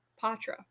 Patra